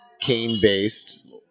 cane-based